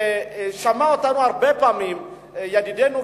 שמע אותנו הרבה פעמים ידידנו,